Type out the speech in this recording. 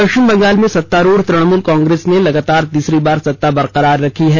पश्चिम बंगाल में सत्तारुढ़ तृणमूल कांग्रेस ने लगातार तीसरी बार सत्ता बरकरार रखी है